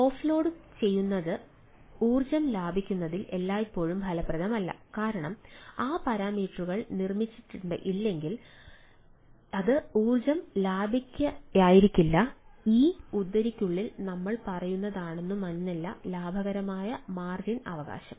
ഓഫ്ലോഡുചെയ്യുന്നത് ഊർജ്ജം ലാഭിക്കുന്നതിൽ എല്ലായ്പ്പോഴും ഫലപ്രദമല്ല കാരണം ആ പാരാമീറ്ററുകൾ നിർമ്മിച്ചിട്ടില്ലെങ്കിൽ അത് ഊർജ്ജ ലാഭിക്കലായിരിക്കില്ല ആ ഉദ്ധരണിക്കുള്ളിൽ നമ്മൾ പറയുന്നതാകണമെന്നില്ല ലാഭകരമായ മാർജിൻ അവകാശം